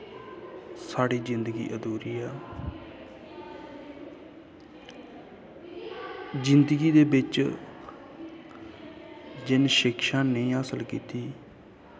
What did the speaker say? साढ़ी जिन्दगी आधूरी ऐ जिन्दगी दे बिच्च जिन्न शिक्षा नेंई हासल कीती